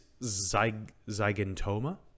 Zygentoma